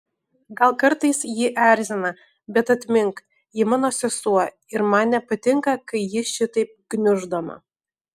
gal kartais ji erzina bet atmink ji mano sesuo ir man nepatinka kai ji šitaip gniuždoma